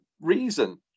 reason